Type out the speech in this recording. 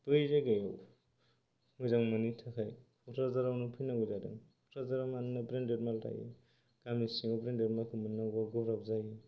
बै जायगायाव मोजां मोनैनि थाखाय क'क्राजारावनो फैनांगौ जादों क'क्राजाराव मानोना ब्रेन्डेड माल थायो गामि सिङाव ब्रेन्डेड मालखौ मोननांगौआ गोब्राब जायो